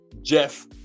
Jeff